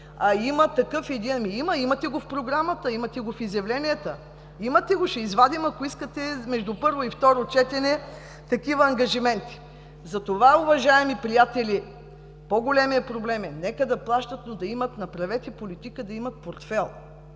а има такъв …(Реплика.) Има, има, имате го в програмата, в изявленията, ще извадим, ако искате между първо и второ четене, такива ангажименти. Затова, уважаеми приятели, по-големият проблем е – нека да плащат, но направете политика да има портфейл,